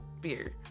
beer